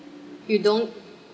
you don't